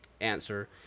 answer